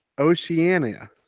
Oceania